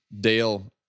Dale